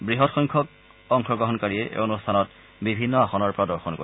বহৎসংখ্যক অংশগ্ৰহণকাৰীয়ে এই অনুষ্ঠানত বিভিন্ন আসনৰ প্ৰদৰ্শন কৰিব